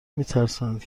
میترسند